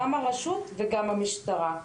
גם הרשות וגם המשטרה.